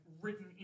written